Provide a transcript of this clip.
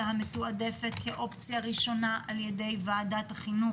המתועדפת כאופציה ראשונה על ידי ועדת החינוך,